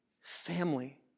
family